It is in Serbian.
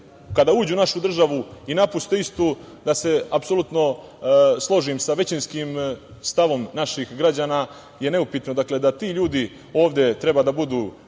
kada uđu u našu državu i napuste istu, da se apsolutno složim sa većinskim stavom naših građana je neupitno, dakle, da ti ljudi ovde treba da budu